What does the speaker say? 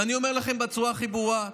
ואני אומר לכם בצורה הכי ברורה: